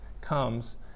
comes